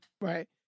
Right